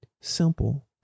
Simple